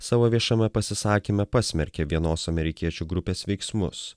savo viešame pasisakyme pasmerkė vienos amerikiečių grupės veiksmus